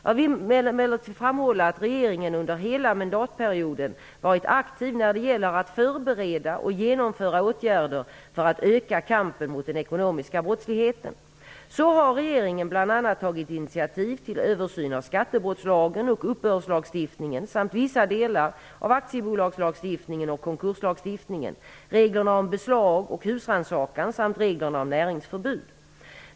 Jag vill emellertid framhålla, att regeringen under hela mandatperioden varit aktiv när det gäller att förbereda och genomföra åtgärder för att öka kampen mot den ekonomiska brottsligheten. Så har regeringen bl.a. tagit initiativ till översyn av skattebrottslagen och uppbördslagstiftningen samt vissa delar av aktiebolagslagstiftningen och konkurslagstiftningen, reglerna om beslag och husrannsakan samt reglerna om näringsförbud.